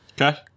Okay